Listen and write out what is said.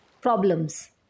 problems